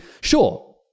sure